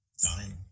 dying